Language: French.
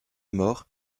mort